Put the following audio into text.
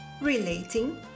Relating